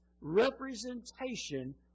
representation